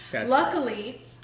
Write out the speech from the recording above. Luckily